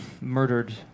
murdered